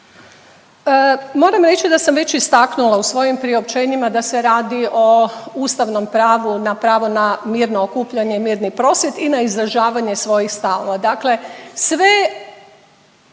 Moram reći da sam već istaknula u svojim priopćenjima da se radi o ustavnom pravu, pravu na mirno okupljanje i mirni prosvjed i na izražavanje svojih stavova.